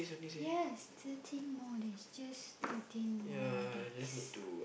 yes thirteen more days just thirteen more days